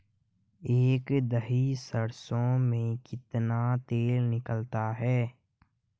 एक दही सरसों में कितना तेल निकलता है?